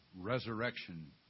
resurrection